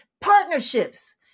Partnerships